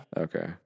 Okay